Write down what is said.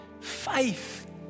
faith